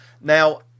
Now